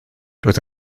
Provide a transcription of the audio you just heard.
doedd